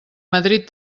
madrid